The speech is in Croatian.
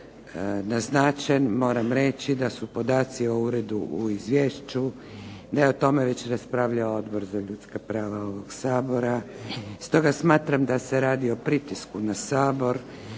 djelomično naznačen, moram reći da su podaci o Uredu u izvješću, da je o tome već raspravljao Odbor za ljudska prava ovoga Sabora stoga smatram da se radi o pritisku na Sabor,